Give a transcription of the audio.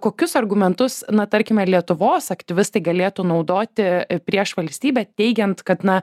kokius argumentus na tarkime lietuvos aktyvistai galėtų naudoti prieš valstybę teigiant kad na